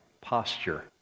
posture